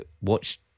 watch